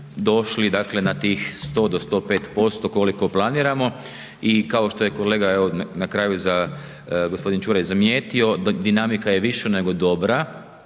dakle na tih 100 do 105% koliko planiramo i kao što je kolega evo na kraju, g. Čuraj zamijetio, dinamika je više nego dobra,